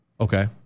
Okay